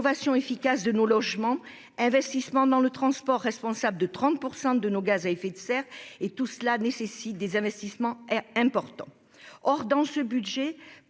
rénovation efficace de nos logements, investissements dans le transport responsable de 30 % de nos gaz à effet de serre ... Tout cela nécessite des investissements importants. Or, dans ce budget,